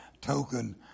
token